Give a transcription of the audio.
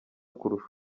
kurusha